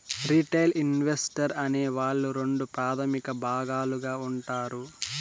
retail investor అనే వాళ్ళు రెండు ప్రాథమిక భాగాలుగా ఉంటారు